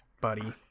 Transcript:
Buddy